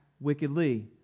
wickedly